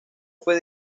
fue